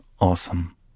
awesome